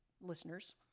listeners